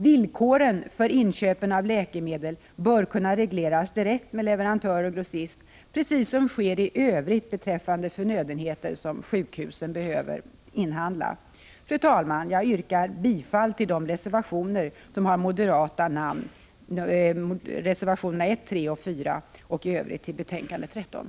Villkoren för inköpen av läkemedel bör kunna regleras direkt med leverantör och grossist precis som sker i övrigt beträffande förnödenheter som sjukhusen behöver inhandla. Fru talman! Jag yrkar bifall till de reservationer som har moderata namn, reservationerna 1, 3 och 4, och i övrigt till utskottets hemställan.